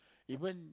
even